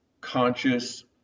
conscious